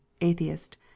Atheist